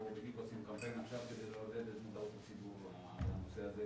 אנחנו בדיוק עושים קמפיין עכשיו כדי לעודד את מודעות הציבור לנושא הזה,